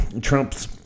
Trump's